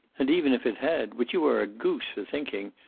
and, even if it had, which you are a goose for thinking,